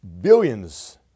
Billions